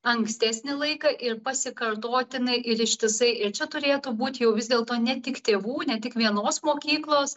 ankstesnį laiką ir pasikartotinai ir ištisai ir čia turėtų būt jau vis dėlto ne tik tėvų ne tik vienos mokyklos